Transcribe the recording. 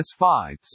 S5